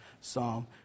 Psalm